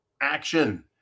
action